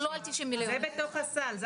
זה בתוך הסל.